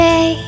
Day